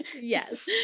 Yes